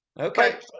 Okay